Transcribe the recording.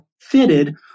fitted